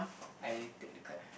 I take the card